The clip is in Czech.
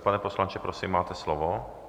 Pane poslanče, prosím, máte slovo.